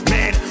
Man